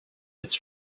its